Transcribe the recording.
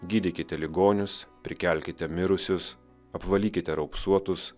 gydykite ligonius prikelkite mirusius apvalykite raupsuotus